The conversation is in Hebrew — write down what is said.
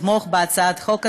לתמוך בהצעת החוק הזאת,